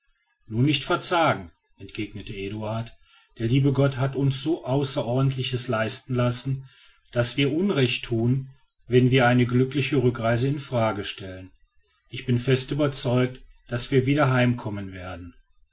nur nicht verzagen entgegnete eduard der liebe gott hat uns so außerordentliches leisten lassen daß wie unrecht thun wenn wir eine glückliche rückreise in frage stellen ich bin fest überzeugt daß wir wieder heimkommen werden